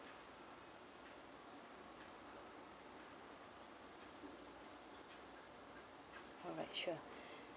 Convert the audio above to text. alright sure